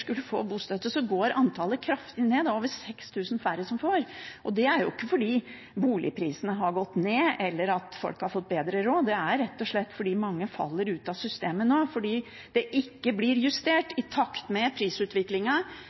skulle få bostøtte, går antallet kraftig ned, nå er det over 6 000 færre som får. Det er ikke fordi boligprisene har gått ned eller at folk har fått bedre råd. Det er rett og slett fordi mange nå faller ut av systemet – fordi det ikke blir justert i takt med